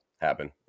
happen